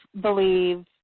believe